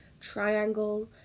triangle